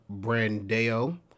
Brandeo